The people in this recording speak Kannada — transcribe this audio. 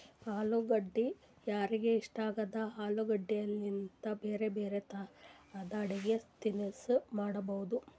ಅಲುಗಡ್ಡಿ ಯಾರಿಗ್ಬಿ ಇಷ್ಟ ಆಗ್ತದ, ಆಲೂಗಡ್ಡಿಲಿಂತ್ ಬ್ಯಾರೆ ಬ್ಯಾರೆ ತರದ್ ಅಡಗಿ ತಿನಸ್ ಮಾಡಬಹುದ್